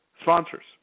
sponsors